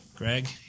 Greg